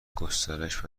گسترش